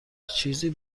چیزی